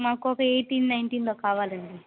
మాకొక ఎయిటీన్ నైన్టీన్లో కావాలండి